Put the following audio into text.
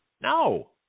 No